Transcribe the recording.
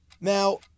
Now